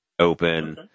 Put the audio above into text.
open